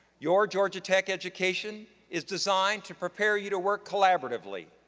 your georgia tech education is designed to prepare you to work collaboratively,